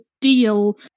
deal